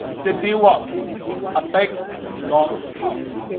they build up a big log house.